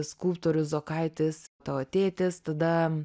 skulptorius zokaitis tavo tėtis tada